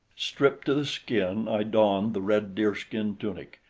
stripped to the skin, i donned the red-deerskin tunic,